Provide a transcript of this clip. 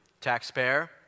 taxpayer